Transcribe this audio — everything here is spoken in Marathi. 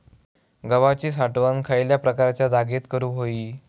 गव्हाची साठवण खयल्या प्रकारच्या जागेत करू होई?